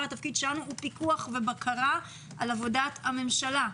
התפקיד שלנו הוא פיקוח ובקרה על עבודת הממשלה.